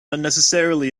unnecessarily